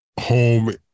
home